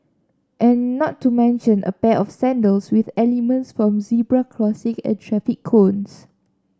and not to mention a pair of sandals with elements from zebra crossing and traffic cones